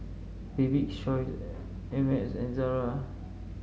Bibik's Choice Ameltz and Zara